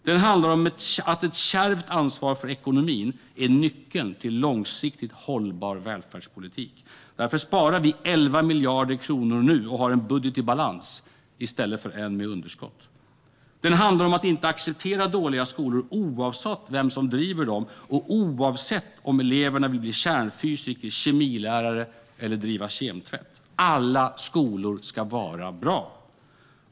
Den handlar om att ett kärvt ansvar för ekonomin är nyckeln till en långsiktigt hållbar välfärdspolitik. Därför sparar vi 11 miljarder kronor nu och har en budget i balans i stället för en med underskott. Den handlar om att inte acceptera dåliga skolor, oavsett vem som driver dem och oavsett om eleverna vill bli kärnfysiker, kemilärare eller driva kemtvätt. Alla skolor ska vara bra.